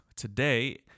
Today